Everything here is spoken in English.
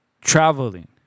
traveling